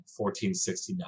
1469